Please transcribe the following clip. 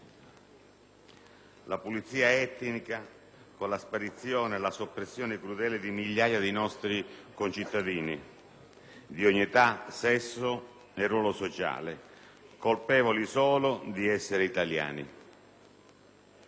la pulizia etnica con la sparizione e soppressione crudele di migliaia di nostri concittadini di ogni età, sesso e ruolo sociale, colpevoli solo di essere italiani.